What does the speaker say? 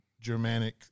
Germanic